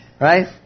right